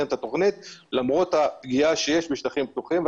את התכנית למרות הפגיעה שיש בשטחים פתוחים,